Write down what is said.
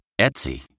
Etsy